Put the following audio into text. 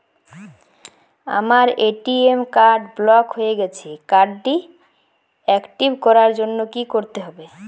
আমার ATM card block হয়ে গেছে কার্ড টি একটিভ করার জন্যে কি করতে হবে?